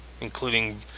including